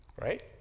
Right